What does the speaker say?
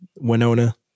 Winona